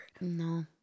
No